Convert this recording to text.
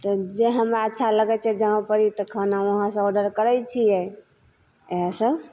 तऽ जे हमरा अच्छा लगय छै जहाँ परि तऽ खाना वहाँ सँ आर्डर करय छियै इएहे सब